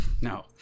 no